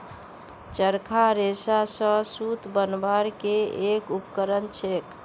चरखा रेशा स सूत बनवार के एक उपकरण छेक